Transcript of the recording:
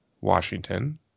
Washington